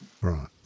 Right